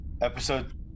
Episode